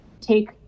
take